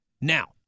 Now